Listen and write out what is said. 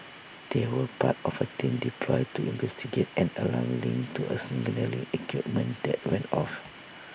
they were part of A team deployed to investigate an alarm linked to A signalling equipment that went off